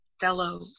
fellow